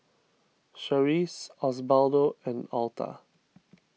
Charisse Osbaldo and Alta